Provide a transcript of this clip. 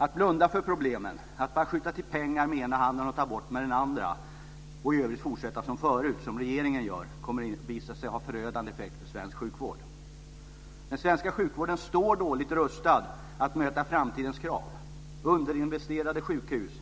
Att blunda för problemen, att bara skjuta till pengar med ena handen och ta bort med den andra och i övrigt fortsätta som förut, som regeringen gör, kommer att visa sig ha förödande effekter för svensk sjukvård. Den svenska sjukvården står dåligt rustad att möta framtidens krav. Underinvesterade sjukhus,